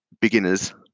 beginners